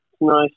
nice